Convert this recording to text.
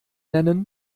nennen